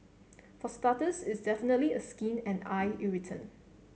for starters it's definitely a skin and eye irritant